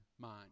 mind